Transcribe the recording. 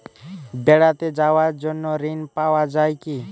বেড়াতে যাওয়ার জন্য ঋণ পাওয়া যায় কি?